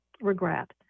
regret